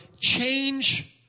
change